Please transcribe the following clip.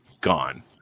gone